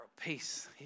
peace